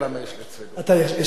אם יש לך פתרון,